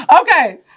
Okay